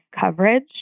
coverage